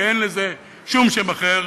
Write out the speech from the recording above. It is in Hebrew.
כי אין לזה שום שם אחר,